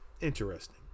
Interesting